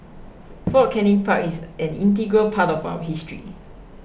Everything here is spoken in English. Fort Canning Park is an integral part of our history